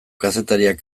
kazetariak